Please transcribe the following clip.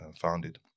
founded